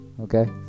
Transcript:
Okay